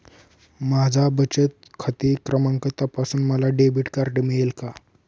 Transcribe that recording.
माझा बचत खाते क्रमांक तपासून मला डेबिट कार्ड मिळेल का?